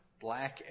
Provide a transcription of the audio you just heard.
black